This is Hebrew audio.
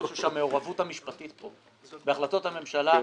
אני חושב שהמעורבות המשפטית פה בהחלטות הממשלה,